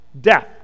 Death